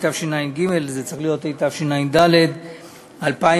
התשע"ג זה צריך להיות התשע"ד 2014,